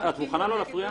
--- את מוכנה לא להפריע?